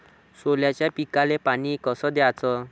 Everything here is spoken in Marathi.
सोल्याच्या पिकाले पानी कस द्याचं?